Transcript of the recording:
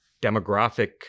demographic